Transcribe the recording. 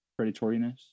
Predatoriness